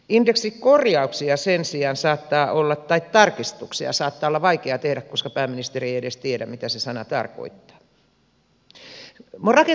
indeksitarkistuksia sen sijaan saattaa olla vaikea tehdä koska pääministeri ei edes tiedä mitä se sana tarkoittaa